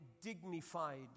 dignified